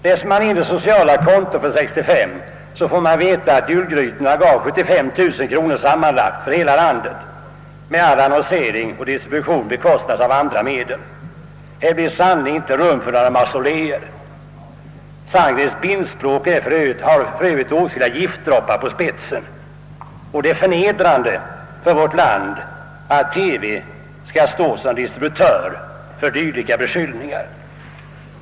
Läser man igenom det sociala kontot för 1965 får man veta att julgrytorna gav cirka 75 000 kronor sammanlagt för hela landet, men all annonsering och distribution bekostades av andra medel. Här blir sannerligen inte rum för några mausoleer. Sandgrens bildspråk spetsas för övrigt av åtskilliga giftdroppar och det är förnedrande för vårt land att TV skall stå som distributör för dylika beskyllningar.